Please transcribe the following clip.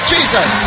Jesus